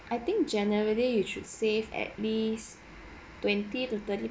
I think generally you should save at least twenty to thirty